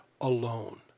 alone